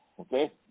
okay